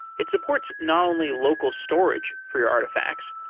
it supports not only local storage for your artifacts,